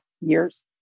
years